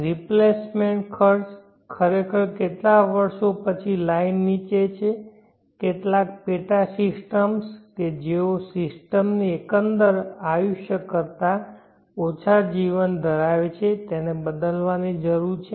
replacement ખર્ચ ખરેખર કેટલાક વર્ષો પછી લાઇન નીચે છે કેટલાક પેટાસિસ્ટમ્સ કે જેઓ સિસ્ટમની એકંદર આયુષ્ય કરતા ઓછા જીવન ધરાવે છે તેને બદલવાની જરૂર છે